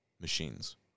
machines